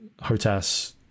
hotas